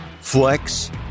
flex